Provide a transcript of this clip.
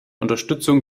unterstützung